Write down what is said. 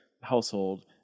household